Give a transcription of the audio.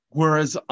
whereas